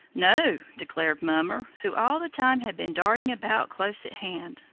no, declared mummer, who all the time had been darting about close at hand.